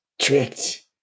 tricked